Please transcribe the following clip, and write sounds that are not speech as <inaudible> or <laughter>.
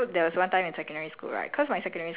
gifts that I'm very glad for <laughs>